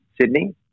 Sydney